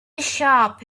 shop